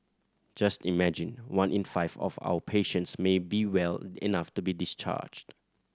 just imagine one in five of our patients may be well enough to be discharged